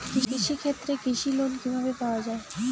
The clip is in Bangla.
কৃষি ক্ষেত্রে কৃষি লোন কিভাবে পাওয়া য়ায়?